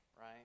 right